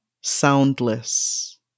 soundless